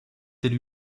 élu